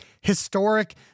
historic